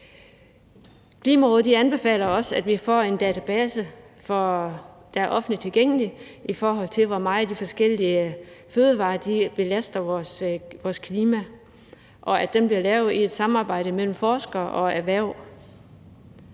Klimarådet anbefaler også, at vi får en database, der er offentligt tilgængelig, over, hvor meget de forskellige fødevarer belaster vores klima, og at den bliver lavet i et samarbejde mellem forskere og erhverv.